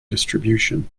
distribution